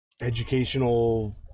educational